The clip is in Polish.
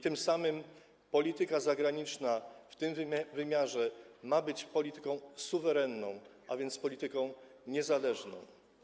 Tym samym polityka zagraniczna w tym wymiarze ma być polityką suwerenną, a więc polityką niezależną.